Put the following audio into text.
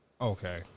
Okay